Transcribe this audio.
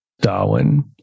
Darwin